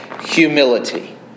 humility